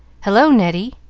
hullo, neddy!